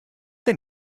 denn